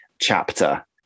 chapter